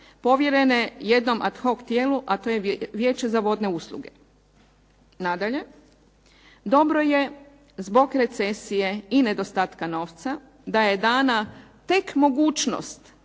povjerene jednom ad hoc tijelu, a to je Vijeće za vodne usluge. Nadalje, dobro je zbog recesije i nedostatka novca, da je dana tek mogućnost